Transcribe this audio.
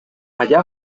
allá